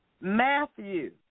Matthew